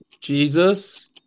Jesus